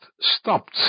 stopped